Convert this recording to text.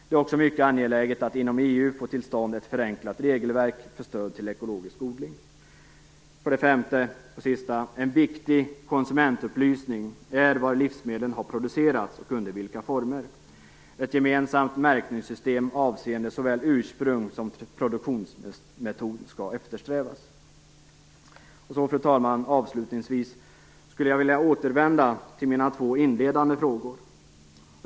Det är också mycket angeläget att inom EU få till stånd ett förenklat regelverk för stöd till ekologisk odling. 7. En viktig konsumentupplysning är var livsmedlen har producerats och under vilka former. Ett gemensamt märkningssystem avseende såväl ursprung som produktionsmetod skall eftersträvas. Fru talman! Avslutningsvis skulle jag vilja återvända till mina två inledande frågor.